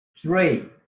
three